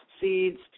seeds